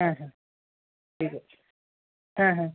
হ্যাঁ হ্যাঁ ঠিক আছে হ্যাঁ হ্যাঁ